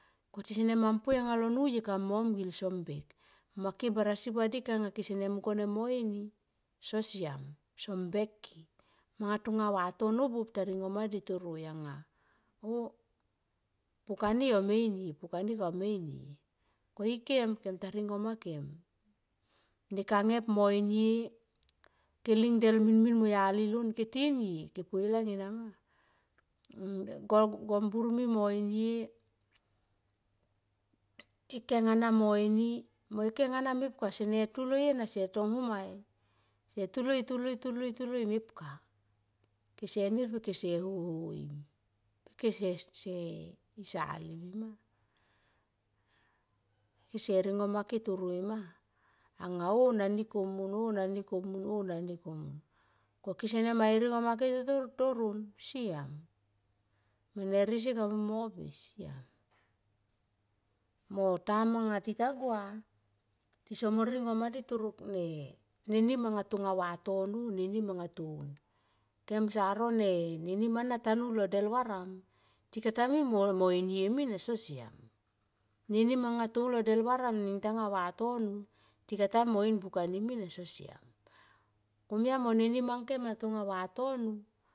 Ko ti somam poi alo nuye kamui mo mngil som bek ma ke barasi vadik anga kese mungkone mo inie so siam tson bek ke manga tonga vatono buop ta ringo madi toroi anga oh pukani ome inie pukani okam inie ko ikem kem ta ringoma kem nekangep mo inie ke ling del min min mo yali lon ke tinie poileng ena ma. Gom burmi mo inie ekeng ana mo ini mo ekeng ana mepka sene tuloi ena se tong hum mai, se tuloi tuloi tuloi tuloi mepka kese nir pe se ho ho i pekese salim mi ma. Kese ringo make toroi ma anga oh nani komun oh nani komun. Ko kese mali i rongo ma ke toron siam mene rie si kamui mo pi siam mo time anga tita gua tisome ringom madi toro ne nim anga tonga vatono ne nim anga un kem sa ro nenim ana taun lo del varam ti kata mui mo inie mina so siam. Nenim anga toun lo del varam nin tanga vatono tikata mui mo in buka ni mina so siam komia mo ne nim ang kem tonga vatono.